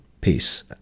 Peace